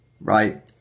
Right